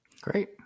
Great